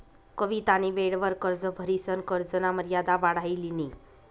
कवितानी वेळवर कर्ज भरिसन कर्जना मर्यादा वाढाई लिनी